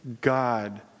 God